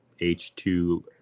H2